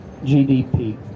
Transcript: GDP